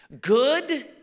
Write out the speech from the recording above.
good